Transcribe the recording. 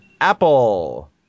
apple